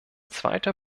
zweiter